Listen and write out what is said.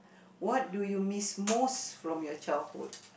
what do you miss most from your childhood